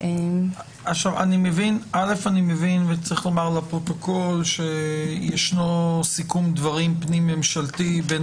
אני מבין וצריך לומר לפרוטוקול שיש סיכום דברים פנים ממשלתי בין